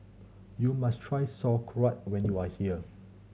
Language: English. you must try Sauerkraut when you are here